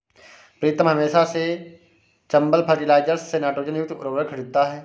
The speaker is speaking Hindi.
प्रीतम हमेशा से चंबल फर्टिलाइजर्स से नाइट्रोजन युक्त उर्वरक खरीदता हैं